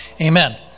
Amen